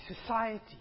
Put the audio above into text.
society